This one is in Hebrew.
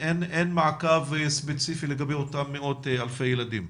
מעקב ספציפי לגבי אותם מאות אלפי ילדים.